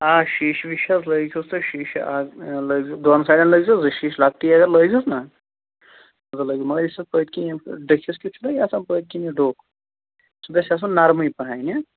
آ شیٖشہِ وِشہِ حظ لٲگۍزِہوس تُہۍ شیٖشہِ اَکھ لٲگۍزیٚو دۄن سایِڈن لٲگۍزیٚو زٕ شیٖشہِ لَکٹی اگر لٲگۍزِہوس نا زٕ لٲگِو مگر یُس اتھ پٔتۍ کِنۍ یِم ڈٔکھِس کِتۍ چھُنا آسان یہِ پٔتۍ کِنۍ یہِ ڈوٚکھ سُہ گَژھِ آسُن نَرمٕے پَہن